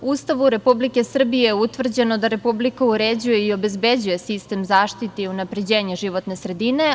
U Ustavu Republike Srbije je utvrđeno da Republika uređuje i obezbeđuje sistem zaštite i unapređenje životne sredine.